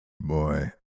Boy